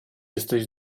jesteś